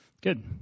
Good